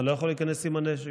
אתה לא יכול להיכנס עם הנשק.